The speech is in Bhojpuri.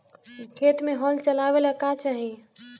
खेत मे हल चलावेला का चाही?